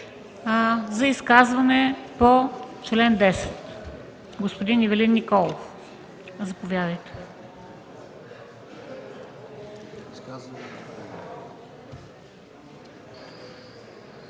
за изказване по чл. 10. Господин Ивелин Николов, заповядайте.